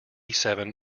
seven